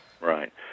Right